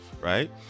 right